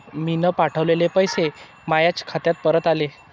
मीन पावठवलेले पैसे मायाच खात्यात परत आले